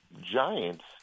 Giants